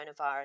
coronavirus